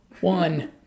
one